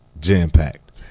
jam-packed